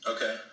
Okay